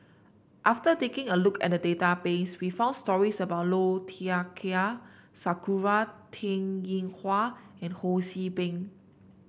after taking a look at the database we found stories about Low Thia Khiang Sakura Teng Ying Hua and Ho See Beng